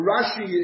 Rashi